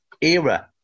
era